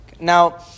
Now